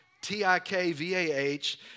t-i-k-v-a-h